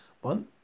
One